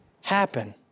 happen